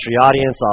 audience